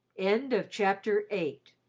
end of chapter eight